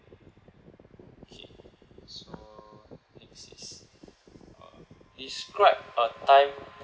okay so next is uh describe a time